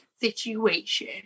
situation